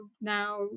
now